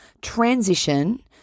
transition